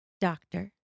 Doctor